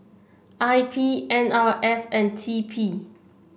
I P N R F and T P